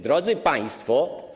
Drodzy Państwo!